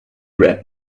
red